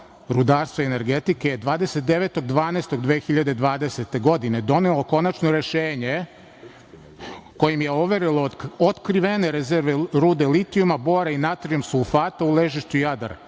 rudarstva i energetike je 29. 12. 2020. godine donelo konačno rešenje kojim je overilo otkrivene rezerve rude litijuma, bora i natrijum-sulfata u ležištu Jadar,